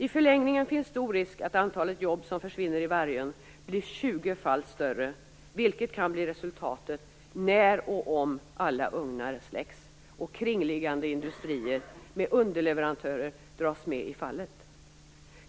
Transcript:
I förlängningen finns stor risk att antalet jobb som försvinner i Vargön blir tjugofalt större, vilket kan bli resultatet när och om alla ugnar släcks och kringliggande industrier med underleverantörer dras med i fallet.